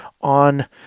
on